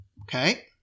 Okay